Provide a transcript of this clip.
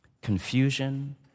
confusion